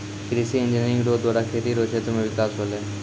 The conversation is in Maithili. कृषि इंजीनियरिंग रो द्वारा खेती रो क्षेत्र मे बिकास होलै